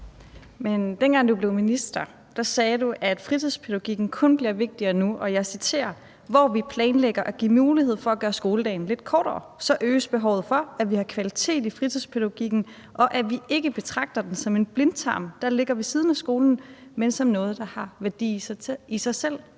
Dengang du blev minister, sagde du, at fritidspædagogikken kun bliver vigtigere nu, og jeg citerer: Hvor vi planlægger at give mulighed for at gøre skoledagen lidt kortere, så øges behovet for, at vi har kvalitet i fritidspædagogikken, og at vi ikke betragter den som en blindtarm, der ligger ved siden af skolen, men som noget, der har værdi i sig selv.